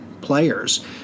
players